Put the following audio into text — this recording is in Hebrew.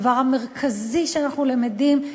הדבר המרכזי שאנחנו למדים,